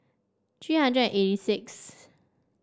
three hundred and eighty sixth